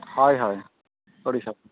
ᱦᱚᱭ ᱦᱚᱭ ᱚᱲᱤᱥᱥᱟ